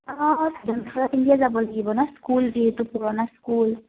অঁঁ চাদৰ মেখেলা পিন্ধিয়েই যাব লাগিব ন স্কুল যিহেতু পূৰণা স্কুল